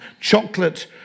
Chocolate